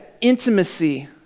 intimacy